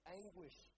anguish